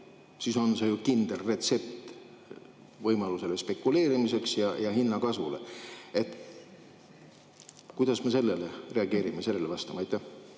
siis on see kindel retsept spekuleerimiseks ja hinnakasvuks. Kuidas me sellele reageerime, sellele vastame? Jaa.